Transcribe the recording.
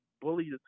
bullied